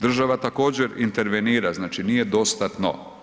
Država također intervenira, znači nije dostatno.